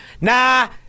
Nah